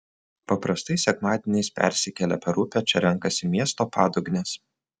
paprastai sekmadieniais persikėlę per upę čia renkasi miesto padugnės